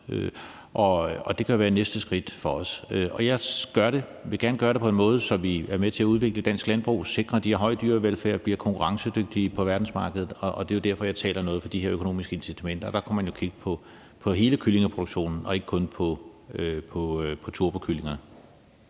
Det kan jo være næste skridt for os, og jeg vil gerne gøre det på en måde, hvor vi er med til at udvikle dansk landbrug, sikre den høje dyrevelfærd og sikre, at vi bliver konkurrencedygtige på verdensmarkedet. Det er jo derfor, jeg taler noget for de her økonomiske incitamenter, og der kunne man jo kigge på hele kyllingeproduktionen og ikke kun på turbokyllinger.